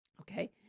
Okay